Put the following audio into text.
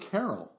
Carol